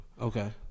Okay